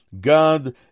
God